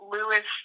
Lewis